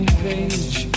page